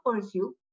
pursue